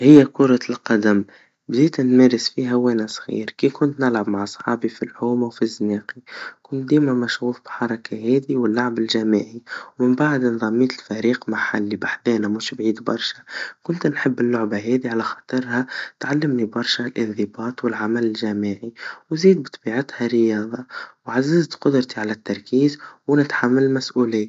هي كرة القدم, بديت نمارس فيها وانا صغير, كي كنا نلعب مع صحابي فالحوما, وفي الزناقي, كنت ديما مشغوف بحركا هذي واللعب الجماعي, ومن بعد انضميت لفريق محلي, بحدانا مش بعيد برشا, كنا نحب اللعبا هذي على خاطرها تعلمني برشا, الإنضباط والعمل الجماعي, وزيد بطبيعتها رياضا, وعززت قدرتي على التركيز, ونتحمل المسؤوليا.